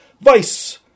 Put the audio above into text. Vice